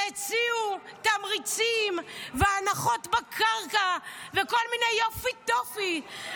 והציעו תמריצים והנחות בקרקע וכל מיני יופי-טופי,